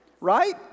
Right